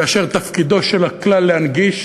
כאשר תפקידו של הכלל להנגיש